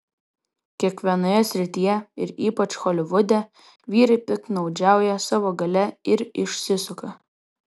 kiekvienoje srityje ir ypač holivude vyrai piktnaudžiauja savo galia ir išsisuka